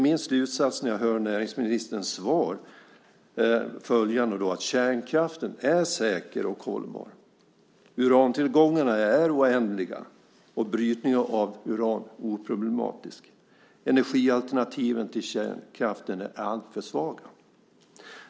Min slutsats när jag hör näringsministerns svar blir följande: Kärnkraften är säker och hållbar. Urantillgångarna är oändliga och brytningen av uran oproblematisk. Energialternativen till kärnkraften är alltför svaga.